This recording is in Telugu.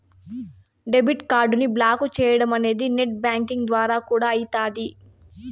డెబిట్ కార్డుని బ్లాకు చేయడమనేది నెట్ బ్యాంకింగ్ ద్వారా కూడా అయితాది